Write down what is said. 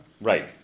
Right